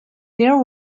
there